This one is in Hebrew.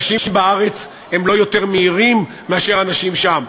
אנשים בארץ הם לא יותר מהירים מאשר האנשים שם,